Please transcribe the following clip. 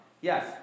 Yes